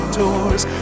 doors